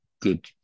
good